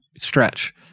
stretch